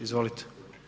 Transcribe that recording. Izvolite.